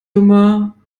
immer